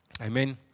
Amen